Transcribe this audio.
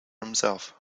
himself